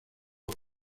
are